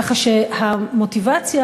כך שהמוטיבציה,